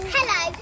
Hello